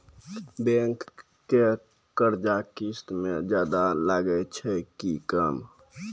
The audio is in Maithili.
बैंक के कर्जा किस्त मे ज्यादा लागै छै कि कम?